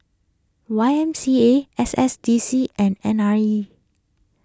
Y M C A S S D C and N I E